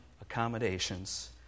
accommodations